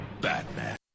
Batman